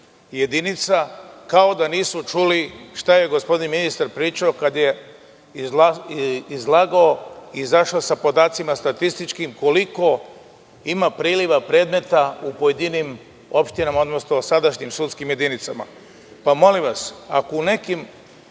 jedinica, kao da nisu čuli šta je gospodin ministar pričao kada je izlagao i izašao sa statističkim podacima koliko ima predmeta u pojedinim opštinama, odnosno sadašnjim sudskim jedinicama. Ako se u nekim